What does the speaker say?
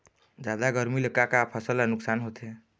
जादा गरमी ले का का फसल ला नुकसान होथे?